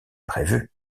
prévu